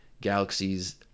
galaxies